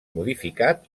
modificat